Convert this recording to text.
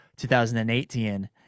2018